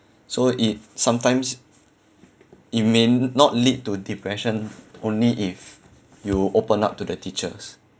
so it sometimes it may not lead to depression only if you open up to the teachers